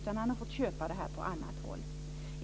Han har fått köpa sand och grus på annat håll.